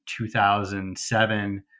2007